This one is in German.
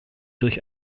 durch